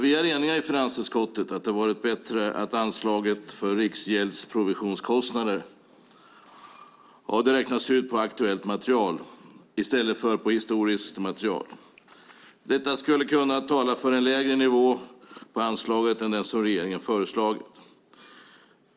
Fru talman! I finansutskottet är vi eniga om att det hade varit bättre om anslaget för riksgäldsprovisionskostnader hade räknats ut utifrån ett aktuellt material i stället för utifrån ett historiskt material. Detta skulle kunna tala för en lägre nivå på anslaget än den som regeringen föreslagit.